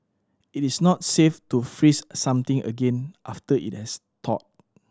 it is not safe to freeze something again after it has thawed